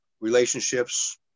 relationships